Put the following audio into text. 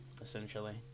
essentially